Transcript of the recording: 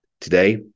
Today